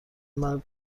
مرد